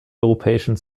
europäischen